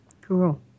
Cool